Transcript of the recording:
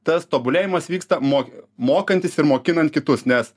tas tobulėjimas vyksta mo mokantis ir mokinant kitus nes